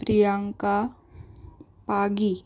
Priyanka Pagi